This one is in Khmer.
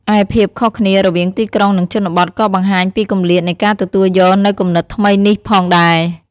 ឯភាពខុសគ្នារវាងទីក្រុង និងជនបទ ក៏បង្ហាញពីគម្លាតនៃការទទួលយកនូវគំនិតថ្មីនេះផងដែរ។